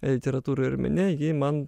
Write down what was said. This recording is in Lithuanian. literatūroj ir mene ji man